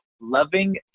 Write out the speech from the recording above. loving